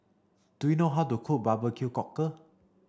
do you know how to cook Barbecue cockle